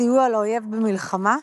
סיוע לאויב במלחמה,